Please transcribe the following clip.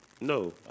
No